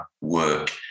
work